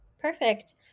Perfect